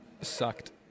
sucked